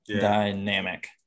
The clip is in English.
Dynamic